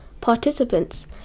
participants